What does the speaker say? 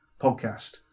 podcast